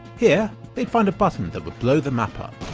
here, they'd find a button that would blow the map up.